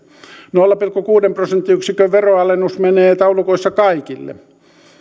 nolla pilkku kuuden prosenttiyksikön veroalennus menee taulukoissa kaikille